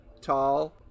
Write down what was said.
tall